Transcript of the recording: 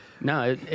no